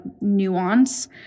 nuance